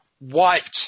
wiped